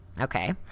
Okay